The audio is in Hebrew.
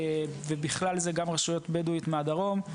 ובכלל זה גם רשויות בדואיות מהדרום.